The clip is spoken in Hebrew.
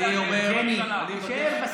אני מבקש לדבר, תודה.